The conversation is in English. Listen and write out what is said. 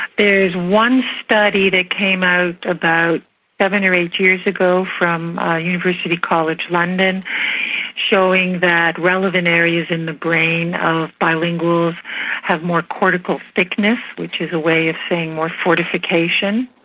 there's one study that came out about seven or eight years ago from the ah university college london showing that relevant areas in the brain of bilinguals have more cortical thickness, which is a way of saying more fortification,